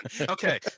okay